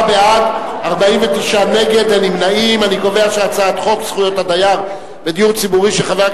להסיר מסדר-היום את הצעת חוק זכויות הדייר בדיור הציבורי (תיקון,